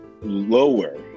lower